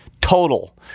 total